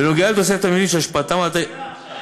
בנוגע לתוספת מבנים שהשפעתם, עכשיו.